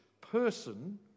person